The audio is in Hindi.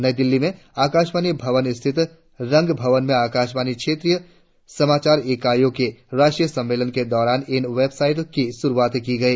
नई दिल्ली में आकाशवाणी भवन स्थित रंग भवन में आकाशवाणी क्षेत्रीय समाचार इकाईयों के राष्ट्रीय सम्मेलन के दौरान इन वेबसाइटों की शुरुआत की गई